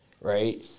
right